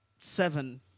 seven